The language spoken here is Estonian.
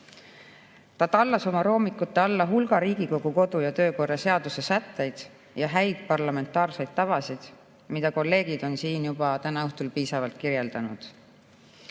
Ta tallas oma roomikute alla hulga Riigikogu kodu- ja töökorra seaduse sätteid ja häid parlamentaarseid tavasid, mida kolleegid on siin täna õhtul juba piisavalt kirjeldanud.